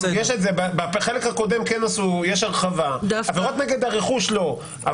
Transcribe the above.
בחלק הקודם יש הרחבה, עבירות נגד רכוש לא.